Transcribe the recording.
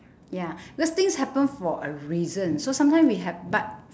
ya because things happen for a reason so sometimes we have but